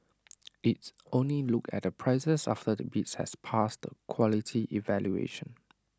IT only looked at the prices after the bids had passed the quality evaluation